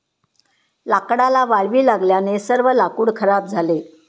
लाकडाला वाळवी लागल्याने सर्व लाकूड खराब झाले